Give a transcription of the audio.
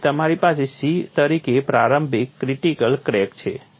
તેથી તમારી પાસે c તરીકે પ્રારંભિક ક્રિટીકલ ક્રેક છે